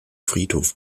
friedhof